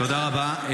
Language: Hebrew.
תודה רבה.